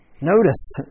Notice